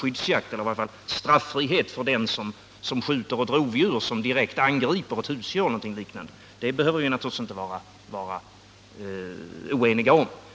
skyddsjakt eller att det i varje fall bör råda straffrihet för den som skjuter rovdjur som direkt angriper ett husdjur behöver vi naturligtvis inte vara oeniga om.